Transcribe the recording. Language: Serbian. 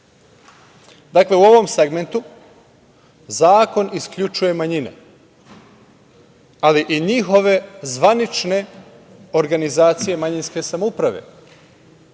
u ovom segmentu zakon isključuje manjine, ali i njihove zvanične organizacije manjinske samouprave,